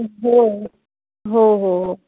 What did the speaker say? हो हो हो हो